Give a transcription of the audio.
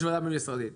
יש ועדה בין משרדית.